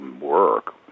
work